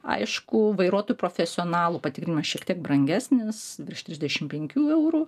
aišku vairuotojų profesionalų patikrinimas šiek tiek brangesnis virš trisdešimt penkių eurų